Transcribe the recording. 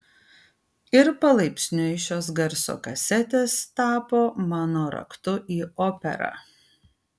ir palaipsniui šios garso kasetės tapo mano raktu į operą